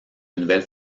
nouvelles